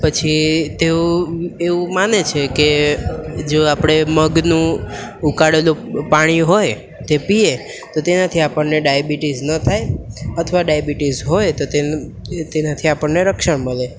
પછી તેઓ એવું માને છે કે જો આપણે મગનું ઉકાળેલું પાણી હોય તે પીએ તો તેનાથી આપણને ડાયાબિટીસ ન થાય અથવા ડાયાબિટીસ હોય તો તેનાથી આપણને રક્ષણ મળે